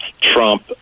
Trump